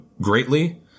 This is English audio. greatly